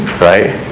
right